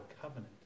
covenant